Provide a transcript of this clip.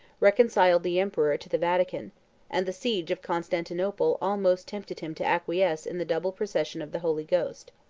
reconciled the emperor to the vatican and the siege of constantinople almost tempted him to acquiesce in the double procession of the holy ghost.